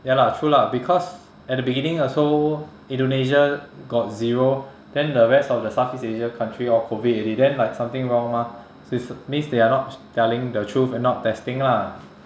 ya lah true lah because at the beginning also indonesia got zero then the rest of the south east asia country all COVID already then like something wrong mah so it's means they are not telling the truth and not testing lah